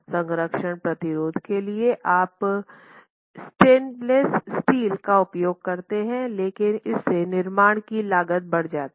संक्षारण प्रतिरोध के लिए आप स्टेनलेस स्टील का उपयोग करते हैं लेकिन इससे निर्माण की लागत बढ़ जाती है